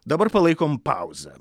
dabar palaikom pauzę